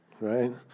right